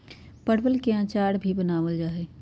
परवल के अचार भी बनावल जाहई